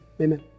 Amen